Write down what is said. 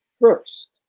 first